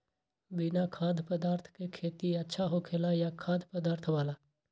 बिना खाद्य पदार्थ के खेती अच्छा होखेला या खाद्य पदार्थ वाला?